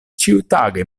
ĉiutage